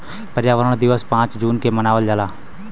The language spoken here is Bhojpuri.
पर्यावरण दिवस पाँच जून के मनावल जाला